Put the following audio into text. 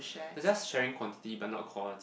they are just sharing quantity but not quality